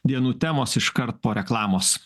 dienų temos iškart po reklamos